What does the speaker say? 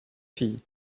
fille